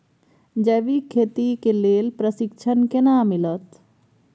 जैविक खेती के लेल प्रशिक्षण केना मिलत?